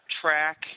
track